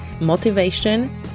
motivation